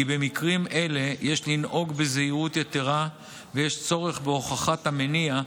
כי במקרים אלה יש לנהוג בזהירות יתרה ויש צורך בהוכחת המניע,